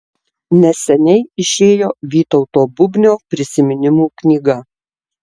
neseniai išėjo vytauto bubnio prisiminimų knyga